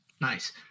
Nice